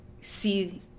see